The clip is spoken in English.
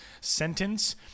sentence